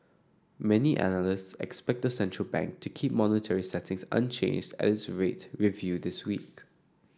many analysts expect the central bank to keep monetary settings unchanges at its rate reviewed this week